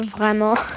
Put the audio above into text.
Vraiment